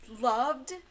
loved